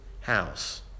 house